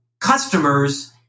customers